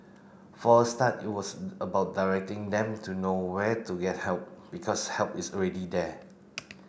for a start it was about directing them to know where to get help because help is already there